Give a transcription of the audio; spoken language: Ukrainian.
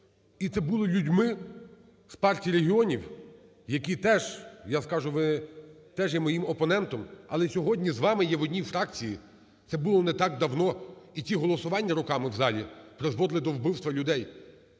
і це було людьми з Партії регіонів, які теж, я скажу, ви теж є моїм опонентом, але сьогодні з вами є в одній фракції, це було не так давно. І ті голосування руками в залі призводили до вбивства людей.